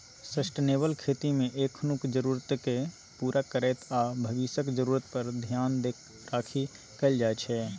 sustainable खेतीमे एखनुक जरुरतकेँ पुरा करैत आ भबिसक जरुरत पर धेआन राखि कएल जाइ छै